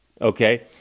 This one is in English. okay